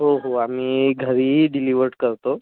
हो हो आम्ही घरीही डिलिवर्ड करतो